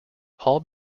hall